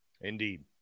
Indeed